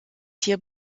hier